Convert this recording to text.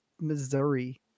Missouri